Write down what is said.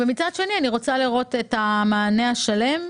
מצד שני, אני רוצה לראות את המענה השלם.